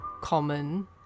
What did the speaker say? common